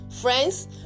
Friends